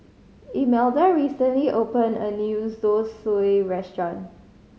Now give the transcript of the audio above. Imelda recently opened a new Zosui Restaurant